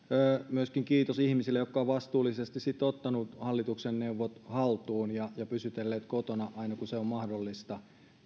myöskin ihmisille jotka ovat vastuullisesti sitten ottaneet hallituksen neuvot haltuun ja pysytelleet kotona aina kun se on mahdollista